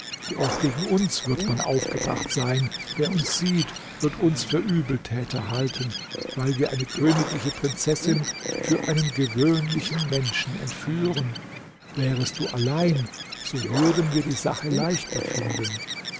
auch gegen uns wird man aufgebracht sein wer uns sieht wird uns für übeltäter halten weil wir eine königliche prinzessin für einen gewöhnlichen menschen entführen wärest du allein so würden wir die sache leichter finden